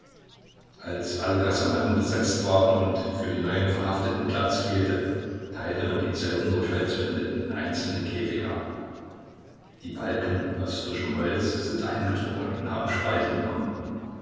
als alle kasematten besetzt waren und für die neuen verhafteten platz fehlte teilte man die zellen durch holzwände in einzelne käfige ab die balken aus frischem holz sind eingetrocknet und haben spalten